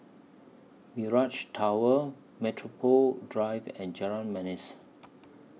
Mirage Tower Metropole Drive and Jalan Manis